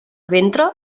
ventre